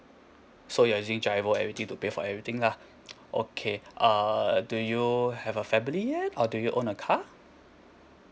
so you're using GIRO everything to pay for everything lah okay uh do you have a family yet or do you own a car